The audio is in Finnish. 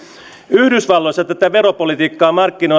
yhdysvalloissa tätä veropolitiikkaa